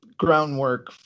Groundwork